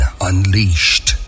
unleashed